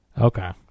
Okay